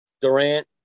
Durant